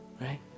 Right